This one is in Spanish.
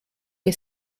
que